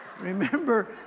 Remember